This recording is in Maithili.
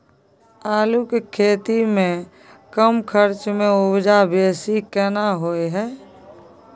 आलू के खेती में कम खर्च में उपजा बेसी केना होय है?